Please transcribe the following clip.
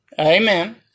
Amen